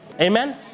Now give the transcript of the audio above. amen